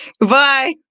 Goodbye